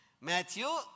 Matthew